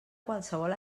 qualsevol